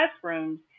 classrooms